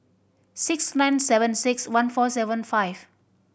six nine seven six one four seven five